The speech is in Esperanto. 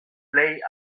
plej